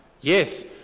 Yes